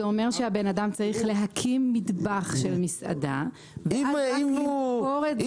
זה אומר שהאדם צריך להקים מטבח של מסעדה ואחר כך למכור את זה לפוד-טראק.